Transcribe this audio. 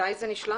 מתי זה נשלח?